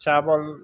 चावल